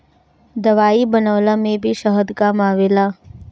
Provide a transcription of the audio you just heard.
दवाई बनवला में भी शहद काम आवेला